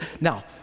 Now